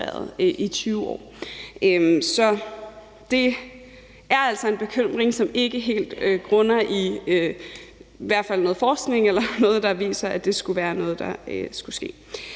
Så det er altså en bekymring, som ikke helt grunder i i hvert fald i noget forskning eller noget, der viser, at det skulle være noget, der skulle ske.